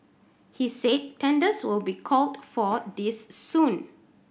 he said tenders will be called for this soon